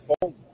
phone